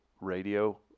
radio